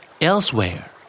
Elsewhere